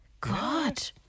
God